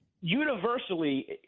Universally